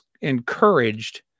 encouraged